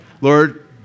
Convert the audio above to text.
Lord